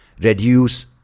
reduce